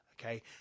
Okay